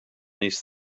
these